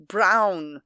Brown